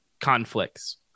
conflicts